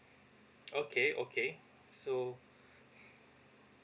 okay okay so